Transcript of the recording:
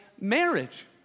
marriage